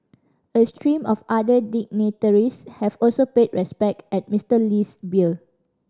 a stream of other dignitaries have also paid respects at Mister Lee's bier